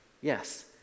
Yes